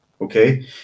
Okay